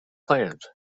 plans